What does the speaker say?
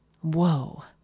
Whoa